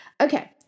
Okay